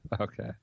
Okay